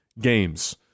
games